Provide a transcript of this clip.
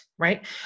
right